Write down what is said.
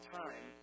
time